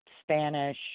Spanish